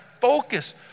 focus